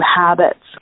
habits